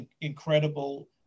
incredible